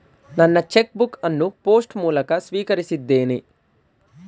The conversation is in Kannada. ನನ್ನ ಚೆಕ್ ಬುಕ್ ಅನ್ನು ಪೋಸ್ಟ್ ಮೂಲಕ ಸ್ವೀಕರಿಸಿದ್ದೇನೆ